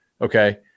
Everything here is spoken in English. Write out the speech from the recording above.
Okay